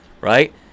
Right